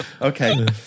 Okay